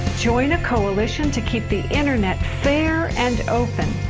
join a coalition to keep the internet fair and open.